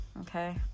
okay